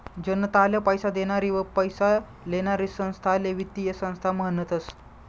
जनताले पैसा देनारी व पैसा लेनारी संस्थाले वित्तीय संस्था म्हनतस